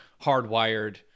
hardwired